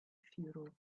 futile